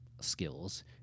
Skills